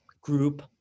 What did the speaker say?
group